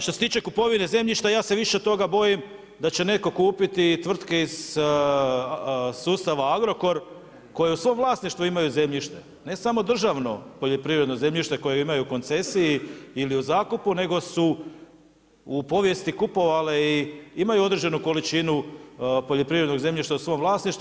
Što se tiče kupovine zemljišta, ja se više od toga bojim da će netko kupiti tvrtke iz sustava Agrokor koja u svom vlasništvu ima zemljište, ne samo državno poljoprivredno zemljište koje imaju u koncesiji ili u zakupu nego su u povijesti kupovale i imaju određenu količinu poljoprivrednog zemljišta u svom vlasništvu.